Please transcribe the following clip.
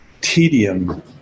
tedium